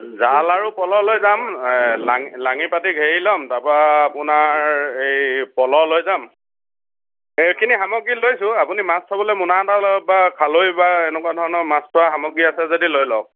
জাল আৰু পল' লৈ যাম লাঙি লাঙি পাতি ঘেৰি ল'ম তাৰ পৰা আপোনাৰ এই পল' লৈ যাম এইখিনি সামগ্ৰী লৈছোঁ আপুনি মাছ থ'বলৈ মোনা এটা ল'ব পাৰে খালৈ বা এনেকুৱা ধৰণৰ মাছ থোৱা সামগ্ৰী আছে যদি লৈ লওঁক